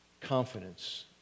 confidence